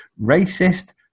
racist